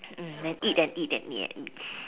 um and eat and eat and eat and eat